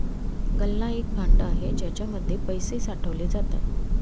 गल्ला एक भांड आहे ज्याच्या मध्ये पैसे साठवले जातात